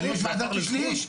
אבל יש ועדת שליש?